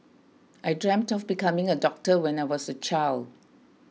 I dreamt of becoming a doctor when I was a child